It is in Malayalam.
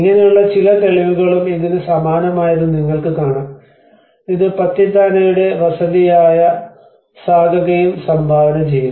ഇങ്ങനെയുള്ള ചില തെളിവുകളും ഇതിന് സമാനമായതും നിങ്ങൾക്ക് കാണാം ഇത് പത്തിത്താനയുടെ വസതിയായ സാഗകയും സംഭാവന ചെയ്യുന്നു